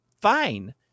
fine